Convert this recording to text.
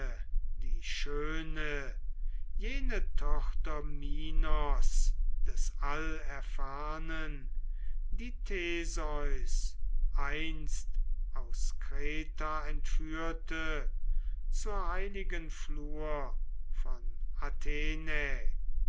die schöne jene tochter minos des allerfahrnen die theseus einst aus kreta entführte zur heiligen flur von athenai